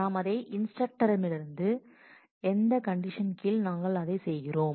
நாம் அதை இன்ஸ்டரக்டரிடமிருந்து எந்த கண்டிஷன் கீழ் நாங்கள் அதைச் செய்கிறோம்